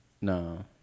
No